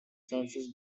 census